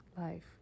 life